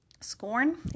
Scorn